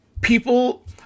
people